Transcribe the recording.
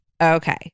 Okay